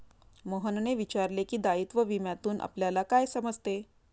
मोहनने विचारले की, दायित्व विम्यातून आपल्याला काय समजते?